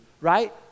right